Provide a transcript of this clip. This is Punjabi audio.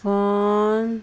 ਫੋਨ